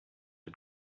had